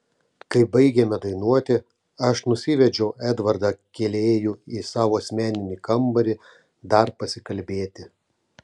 kai baigėme dainuoti aš nusivedžiau edvardą kėlėjų į savo asmeninį kambarį dar pasikalbėti